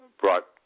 brought